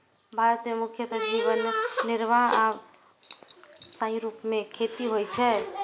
भारत मे मुख्यतः जीवन निर्वाह आ व्यावसायिक रूप सं खेती होइ छै